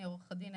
אני עורכת דין,